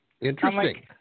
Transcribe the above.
Interesting